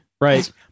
right